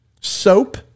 soap